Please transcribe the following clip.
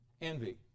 Envy